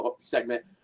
segment